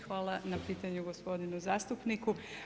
Hvala na pitanju gospodinu zastupniku.